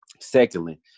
Secondly